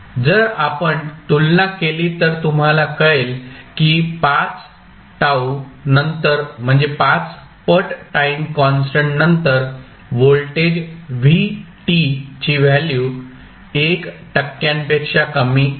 जर आपण तुलना केली तर तुम्हाला कळेल की 5 τ नंतर म्हणजे 5 पट टाईम कॉन्स्टंट नंतर व्होल्टेज v ची व्हॅल्यू 1 टक्क्यांपेक्षा कमी आहे